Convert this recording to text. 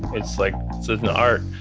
it's like so an art.